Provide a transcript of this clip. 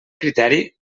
criteri